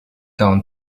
down